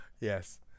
Yes